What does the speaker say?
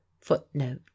footnote